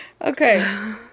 okay